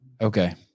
okay